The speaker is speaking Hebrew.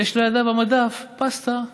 יש לידה במדף פסטה מיובאת,